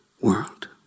world